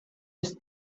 ist